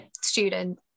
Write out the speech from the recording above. student